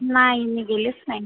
नाही मी गेलेच नाही